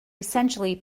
essentially